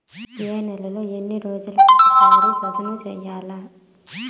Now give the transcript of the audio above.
ఏ నేలను ఎన్ని రోజులకొక సారి సదును చేయల్ల?